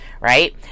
right